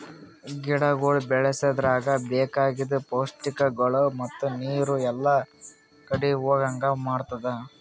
ಗಿಡಗೊಳ್ ಬೆಳಸದ್ರಾಗ್ ಬೇಕಾಗಿದ್ ಪೌಷ್ಟಿಕಗೊಳ್ ಮತ್ತ ನೀರು ಎಲ್ಲಾ ಕಡಿ ಹೋಗಂಗ್ ಮಾಡತ್ತುದ್